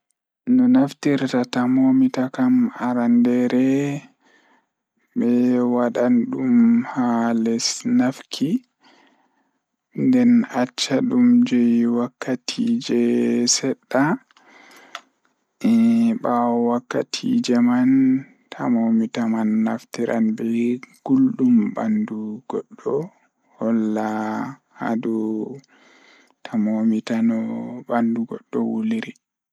Jokkondir thermometer, miɗo waawi njiddude ko digital walla thermometer nder subaka. Jokkondir thermometer ngal e ndiyam ngam njiddaade, heɓe sabu so tawii njiddude nder kisal ngal. Fota njiddude sabu ndaarayde nder ɓandu ngal so tawii njiddude kaŋko. Holla ɗum ɓuri, jokkondir sabu ko njiddaade kaŋko.